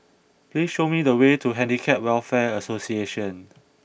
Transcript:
please show me the way to Handicap Welfare Association